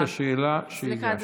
את השאלה שהגשת.